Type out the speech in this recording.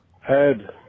Head